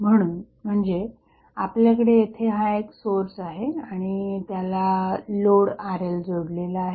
म्हणजे आपल्याकडे येथे हा सोर्स आहे आणि त्याला लोड RLजोडलेला आहे